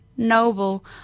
noble